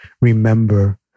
remember